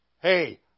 Hey